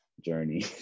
journey